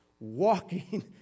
Walking